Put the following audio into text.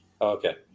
Okay